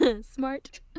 smart